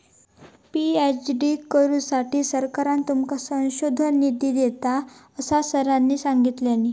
PhD करुसाठी सरकार तुमका संशोधन निधी देता, असा सरांनी सांगल्यानी